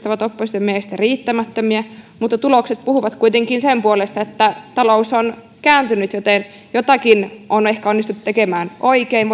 ovat opposition mielestä riittämättömiä mutta tulokset puhuvat kuitenkin sen puolesta että talous on kääntynyt joten jotakin on ehkä onnistuttu tekemään oikein